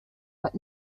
but